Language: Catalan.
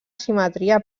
simetria